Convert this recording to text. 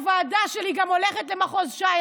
הוועדה שלי גם הולכת למחוז ש"י.